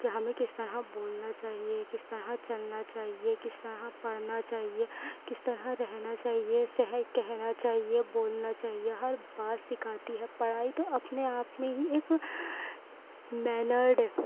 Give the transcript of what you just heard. کی ہمیں کس طرح بولنا چاہیے کس طرح چلنا چاہیے کس طرح پڑھنا چاہیے کس طرح رہنا چاہیے صحیح کہنا چاہیے بولنا چاہیے ہر بات سکھاتی ہے پڑھائی تو اپنے آپ میں ہی ایک مینرڈ